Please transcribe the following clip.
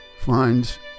finds